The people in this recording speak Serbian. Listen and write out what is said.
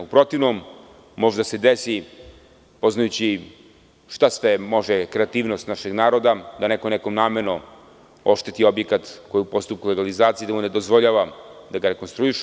U protivnom možda se desi, poznajući šta sve može kreativnost našeg naroda, da neko nekom namerno ošteti objekat koji je u postupku legalizacije i da mu ne dozvoljava da ga rekonstruiše.